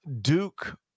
Duke